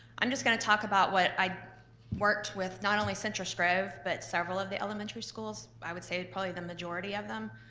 i'm just gonna talk about what i worked with, not only citrus grove, but several of the elementary schools, i would say probably the majority of them.